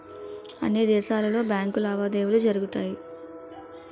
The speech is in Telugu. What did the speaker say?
అన్ని దేశాలలో బ్యాంకు లావాదేవీలు జరుగుతాయి